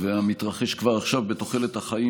המתרחש כבר עכשיו, בתוחלת החיים